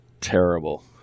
terrible